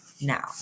now